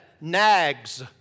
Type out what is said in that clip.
nags